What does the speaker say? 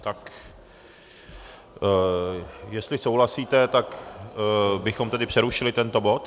Tak jestli souhlasíte, tak bychom tedy přerušili tento bod.